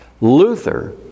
Luther